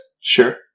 Sure